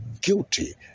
guilty